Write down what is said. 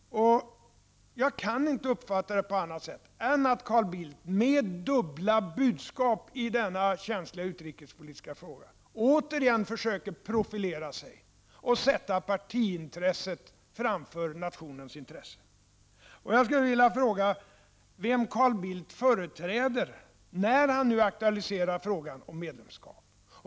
Jag kan inte uppfatta det på annat sätt än att Carl Bildt med dubbla budskap i denna känsliga utrikespolitiska fråga återigen försöker profilera sig och sätta partiintresset framför nationens intresse. Jag skulle vilja fråga vem Carl Bildt företräder, när han nu aktualiserar frågan om ett medlemskap.